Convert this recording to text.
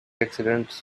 accidents